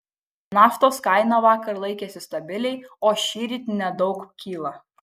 naftos kaina vakar laikėsi stabiliai o šįryt nedaug kyla